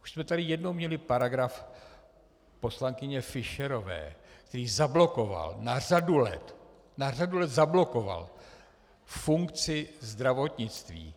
Už jsme tady jednou měli paragraf poslankyně Fischerové, který zablokoval na řadu let, na řadu let zablokoval funkci zdravotnictví.